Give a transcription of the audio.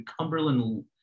Cumberland